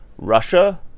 Russia